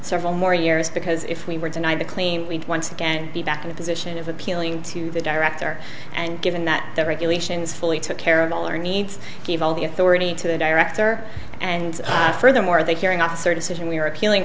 several more years because if we were denied the claim once again and be back in the position of appealing to the director and given that the regulations fully took care of all our needs give all the authority to the director and furthermore the hearing officer decision we were appealing